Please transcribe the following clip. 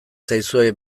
zaizue